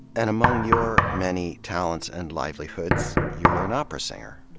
and among your many talents and livelihoods, you're an opera singer.